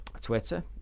Twitter